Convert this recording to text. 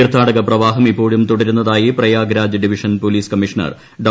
തീർത്ഥാടക പ്രവാഹം ഇപ്പോഴും തുടരുന്നതായി പ്രയാഗ്രാജ് ഡിവിഷൻ പോലീസ് കമ്മീഷണർ ഡോ